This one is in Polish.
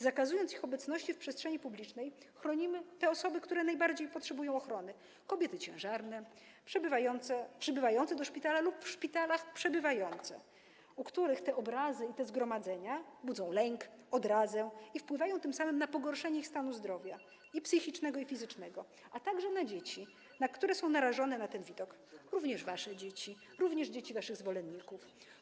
Zakazując ich obecności w przestrzeni publicznej, chronimy osoby, które najbardziej potrzebują tej ochrony - kobiety ciężarne, przybywające do szpitali lub przebywające w szpitalach, u których te obrazy i te zgromadzenia budzą lęk, odrazę, które wpływają tym samym na pogorszenie ich stanu zdrowia psychicznego i fizycznego, a także wpływają na dzieci, które są narażone na ten widok, również wasze dzieci, również dzieci waszych zwolenników.